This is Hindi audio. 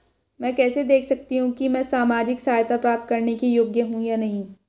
मैं कैसे देख सकती हूँ कि मैं सामाजिक सहायता प्राप्त करने के योग्य हूँ या नहीं?